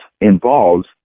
involves